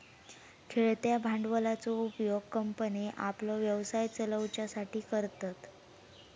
खेळत्या भांडवलाचो उपयोग कंपन्ये आपलो व्यवसाय चलवच्यासाठी करतत